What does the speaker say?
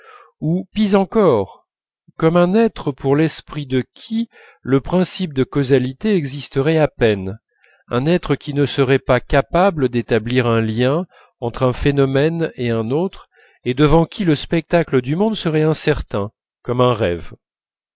ou pis encore comme un être pour l'esprit de qui le principe de causalité existerait à peine un être qui ne serait pas capable d'établir un lien entre un phénomène et un autre et devant qui le spectacle du monde serait incertain comme un rêve